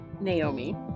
Naomi